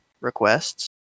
requests